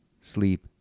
sleep